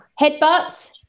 Headbutts